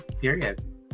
period